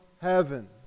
heaven